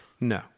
No